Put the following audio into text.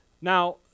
Now